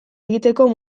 egiteko